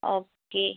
okay